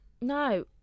No